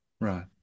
Right